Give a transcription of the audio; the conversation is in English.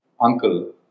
uncle